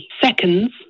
seconds